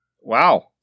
Wow